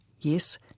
yes